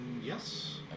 Yes